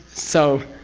so,